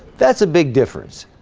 that's a big difference